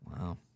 Wow